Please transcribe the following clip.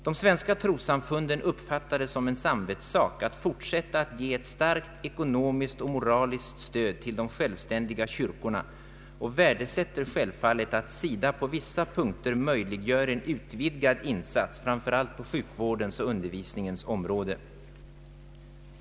De svenska trossamfunden uppfattar det som en samvetssak att fortsätta att ge ett starkt ekonomiskt och moraliskt stöd till de självständiga kyrkorna och värdesätter självfallet att SIDA på vissa punkter möjliggör en utvidgad insats, framför allt på sjukvårdens och undervisningens områden.